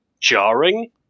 jarring